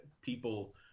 people